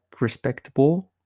respectable